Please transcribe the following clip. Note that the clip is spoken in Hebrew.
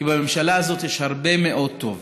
כי בממשלה הזאת יש הרבה מאוד טוב.